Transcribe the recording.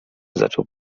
zaczął